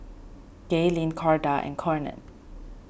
Gaylene Corda and Conard